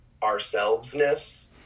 ourselvesness